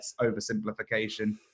oversimplification